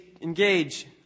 engage